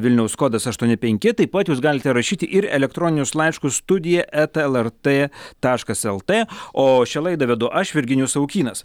vilniaus kodas aštuoni penki taip pat jūs galite rašyti ir elektroninius laiškus studija eta lrt taškas lt o šią laidą vedu aš virginijus savukynas